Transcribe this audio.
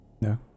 No